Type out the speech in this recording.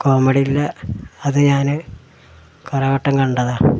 കോമഡീലെ അത് ഞാൻ കുറേവട്ടം കണ്ടതാണ്